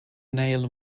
nail